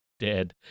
Dead